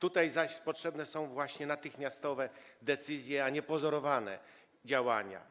Tutaj zaś potrzebne są właśnie natychmiastowe decyzje, a nie pozorowane działania.